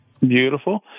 Beautiful